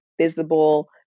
visible